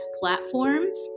platforms